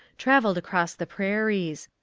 travelled across the prairies.